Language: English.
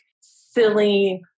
silly